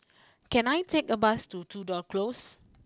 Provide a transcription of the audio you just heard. can I take a bus to Tudor close